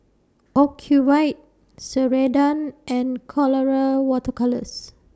Ocuvite Ceradan and Colora Water Colours